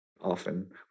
often